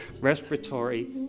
respiratory